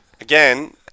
Again